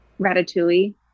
ratatouille